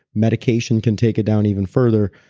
medication can take it down even further.